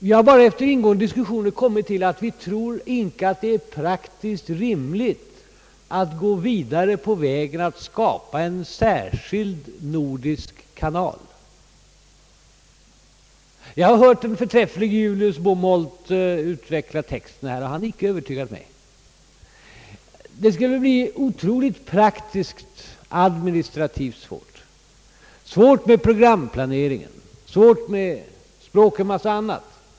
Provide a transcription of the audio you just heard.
Vi har emellertid efter ingående diskussioner kommit fram till uppfattningen, att det inte är praktiskt rimligt att gå vidare på den vägen och skapa en särskild nordisk kanal. även jag har hört den förträfflige Julius Bomholt utveckla texten men han har icke övertygat mig. Det skulle bli otroligt svårt praktiskt administrativt sett, svårt med programplaneringen, svårt med en mängd andra saker, om vi följde hans råd.